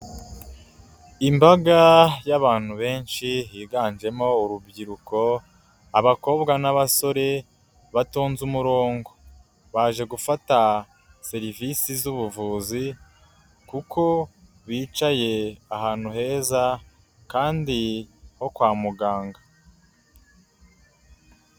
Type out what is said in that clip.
Imbaga y'abantu benshi higanjemo urubyiruko, abakobwa n'abasore batonze umurongo baje gufata serivisi z'ubuvuzi, kuko bicaye ahantu heza kandi ho kwa muganga.